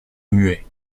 muet